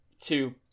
Two